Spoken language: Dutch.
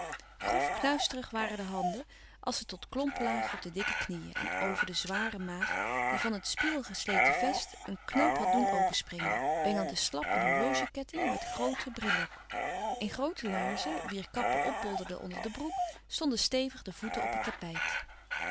grof knuisterig waren de handen als ze tot klompen lagen op de dikke knieën en over de zware maag die van het spiegelgesleten vest een knoop had doen openspringen bengelde slap een horlogeketting met groote breloques in groote laarzen wier kappen opbolderden onder de broek stonden stevig de voeten op het tapijt